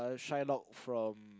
shine out from